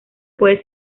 puede